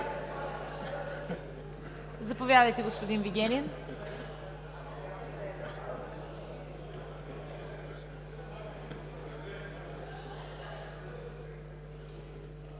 Заповядайте, господин Вигенин.